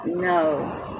No